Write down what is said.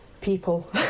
people